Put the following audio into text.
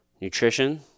Nutrition